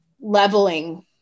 leveling